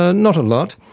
ah not a lot,